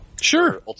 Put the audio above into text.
Sure